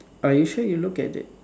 are you sure you look at it